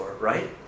right